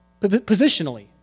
Positionally